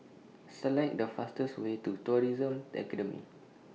Select The fastest Way to Tourism Academy